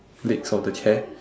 legs of the chair